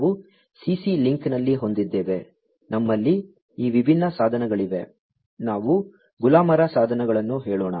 ನಾವು CC ಲಿಂಕ್ನಲ್ಲಿ ಹೊಂದಿದ್ದೇವೆ ನಮ್ಮಲ್ಲಿ ಈ ವಿಭಿನ್ನ ಸಾಧನಗಳಿವೆ ನಾವು ಗುಲಾಮರ ಸಾಧನಗಳನ್ನು ಹೇಳೋಣ